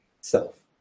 self